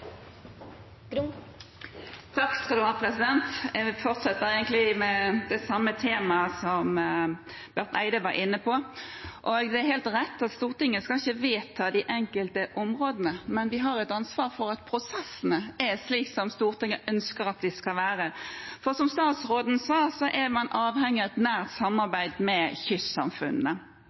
Jeg vil fortsette med egentlig det samme temaet som representanten Barth Eide var inne på. Det er helt rett at Stortinget ikke skal vedta de enkelte områdene, men vi har et ansvar for at prosessene er slik som Stortinget ønsker at de skal være. Som statsråden sa, er man avhengig av et nært samarbeid med kystsamfunnene,